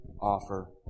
offer